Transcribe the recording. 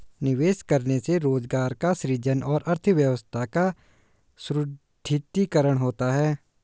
निवेश करने से रोजगार का सृजन और अर्थव्यवस्था का सुदृढ़ीकरण होता है